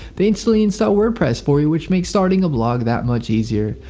they instantly install wordpress for you which makes starting a blog that much easier.